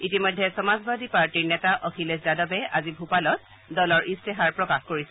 ইতিমধ্যে সমাজবাদী পাৰ্টিৰ নেতা অখিলেশ যাদৱে আজি ভূপালত দলৰ ইস্তাহাৰ প্ৰকাশ কৰিছে